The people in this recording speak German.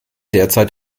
derzeit